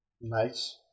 nice